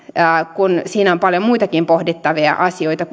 kun siinä on paljon muitakin pohdittavia asioita